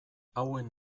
hauen